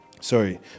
sorry